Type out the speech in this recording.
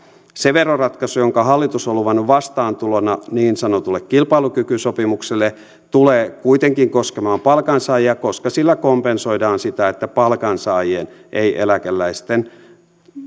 se veroratkaisu jonka hallitus on luvannut vastaantulona niin sanotulle kilpailukykysopimukselle tulee kuitenkin koskemaan palkansaajia koska sillä kompensoidaan sitä että palkansaajien ei eläkeläisten